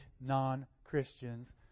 non-Christians